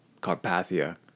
Carpathia